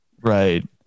Right